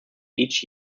each